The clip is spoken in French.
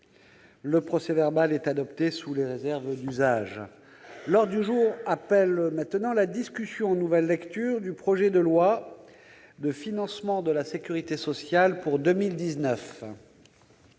Le procès-verbal est adopté sous les réserves d'usage. L'ordre du jour appelle la discussion en nouvelle lecture du projet de loi de financement de la sécurité sociale,